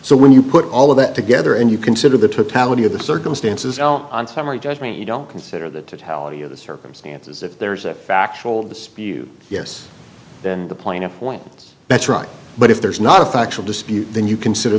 so when you put all of that together and you consider the totality of the circumstances on summary judgment you don't consider that to tell you the circumstances if there's a factual dispute yes then the plaintiff points that's right but if there is not a factual dispute then you consider